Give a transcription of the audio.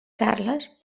carles